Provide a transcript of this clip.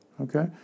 okay